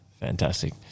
Fantastic